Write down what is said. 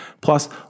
Plus